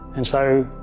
and so,